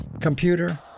computer